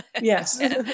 Yes